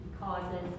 causes